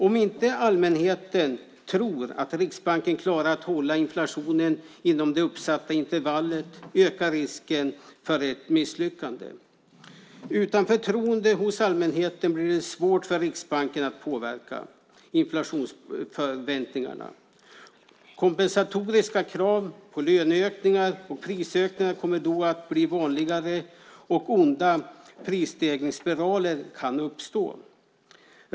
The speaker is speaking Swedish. Om inte allmänheten tror att Riksbanken klarar att hålla inflationen inom det uppsatta intervallet ökar risken för ett misslyckande. Utan förtroende hos allmänheten blir det svårt för Riksbanken att påverka inflationsförväntningarna. Kompensatoriska krav på löneökningar och prisökningar kommer då att bli vanligare, och onda prisstegringsspiraler kan uppstå.